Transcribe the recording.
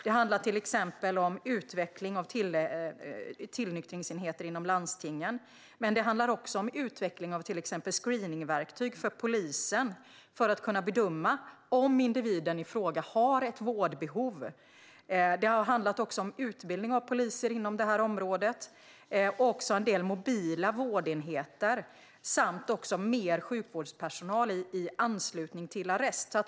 Det handlar till exempel om utveckling av tillnyktringsenheter inom landstingen, men det handlar också om utveckling av till exempel screeningverktyg för polisen för att man ska kunna bedöma om individen i fråga har ett vårdbehov. Det har även handlat om utbildning av poliser inom det här området och om en del mobila vårdenheter, samt om mer sjukvårdspersonal i anslutning till arrest.